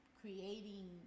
creating